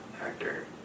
actor